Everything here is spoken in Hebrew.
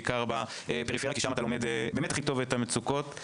בעיקר בפריפריה כי שם אתה לומד באמת את המצוקות הכי טוב.